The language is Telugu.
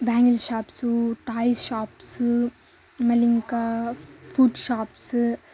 బ్యాంగిల్ షాప్స్ టాయ్ షాప్స్ మళ్ళీ ఇంకా ఫుడ్ షాప్స్